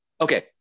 Okay